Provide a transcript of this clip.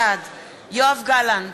בעד יואב גלנט,